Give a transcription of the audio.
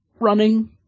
running